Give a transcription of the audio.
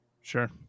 Sure